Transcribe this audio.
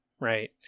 Right